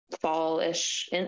fall-ish